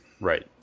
right